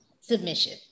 submission